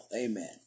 amen